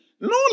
No